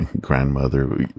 grandmother